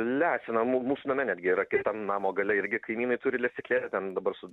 lesina mu mūsų name netgi yra kitam namo gale irgi kaimynai turi lesyklėlę ten dabar su